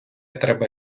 треба